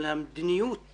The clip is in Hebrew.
אבל המדיניות